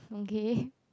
okay